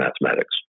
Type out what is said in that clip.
mathematics